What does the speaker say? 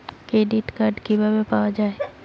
Credit card কিভাবে পাওয়া য়ায়?